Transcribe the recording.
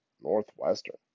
Northwestern